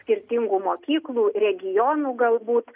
skirtingų mokyklų regionų galbūt